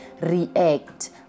react